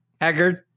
Haggard